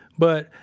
but,